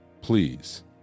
Please